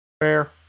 Fair